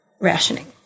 rationing